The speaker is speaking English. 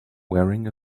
wearing